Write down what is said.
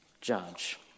judge